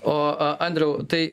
o a andriau tai